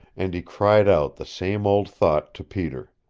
and he cried out the same old thought to peter.